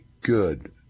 good